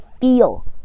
feel